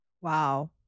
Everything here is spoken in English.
Wow